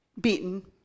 beaten